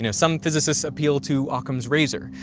you know some physicists appeal to occam's razor.